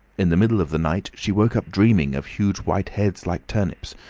in the middle of the night she woke up dreaming of huge white heads like turnips,